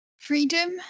Freedom